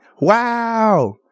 Wow